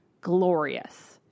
glorious